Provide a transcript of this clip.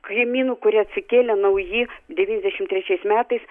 kaimynų kurie atsikėlė nauji devyniasdešimt trečiais metais